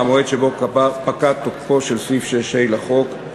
מהמועד שבו פקע תוקפו של סעיף 6(ה) לחוק,